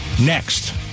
next